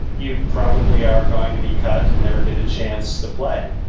you probably are going to be cut and never get a chance to play.